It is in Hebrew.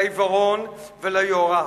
לעיוורון וליוהרה